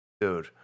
Dude